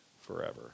forever